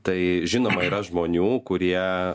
tai žinoma yra žmonių kurie